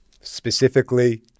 specifically